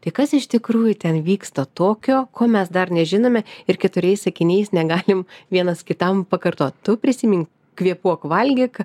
tai kas iš tikrųjų ten vyksta tokio ko mes dar nežinome ir keturiais sakiniais negalim vienas kitam pakartot tu prisimink kvėpuok valgyk